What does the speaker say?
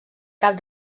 cap